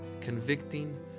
convicting